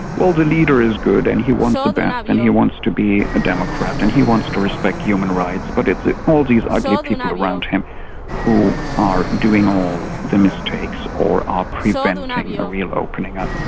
well, the leader is good and he wants the best and he wants to be a democrat and he wants to respect human rights, but it's all these ugly people around him who are doing all the mistakes, or are preventing a real opening up.